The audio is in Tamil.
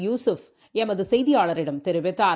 யூசுப் எமதுசெய்தியாளரிடம் தெரிவித்தார்